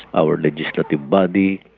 our legislative body.